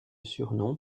surnom